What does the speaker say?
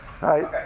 Right